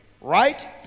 right